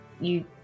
you-